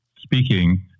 speaking